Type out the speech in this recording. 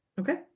Okay